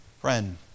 Friend